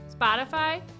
Spotify